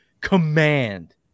command –